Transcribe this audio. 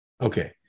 Okay